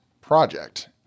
project